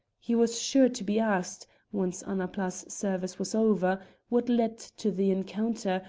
he was sure to be asked once annapla's service was over what led to the encounter,